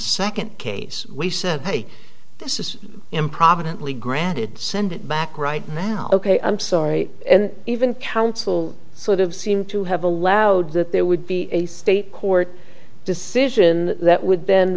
second case we said hey this is improvidently granted send it back right now ok i'm sorry even council sort of seem to have allowed that there would be a state court decision that would then